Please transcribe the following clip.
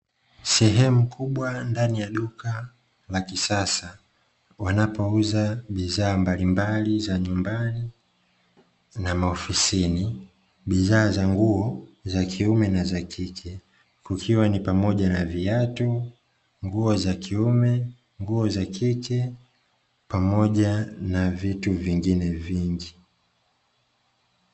Sehemu kubwa ndani ya duka la kisasa wanapouza bidhaa mbalimbali za nyumbani na maofisini, bidhaa za nguo za kiume na za kike kukiwa ni pamoja na viatu, nguo za kiume, nguo za kike pamoja na vitu vingine vingi.